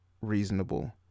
reasonable